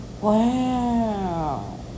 Wow